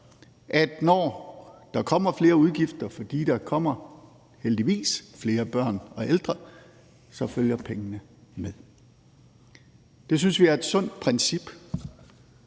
at når der kommer flere udgifter, fordi der – heldigvis – kommer flere børn og ældre, så følger pengene med. Det synes vi er et sundt princip.